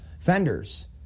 Vendors